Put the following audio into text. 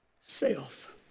self